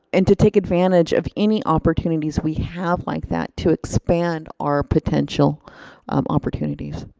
and to take advantage of any opportunities we have like that to expand our potential opportunities.